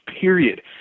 period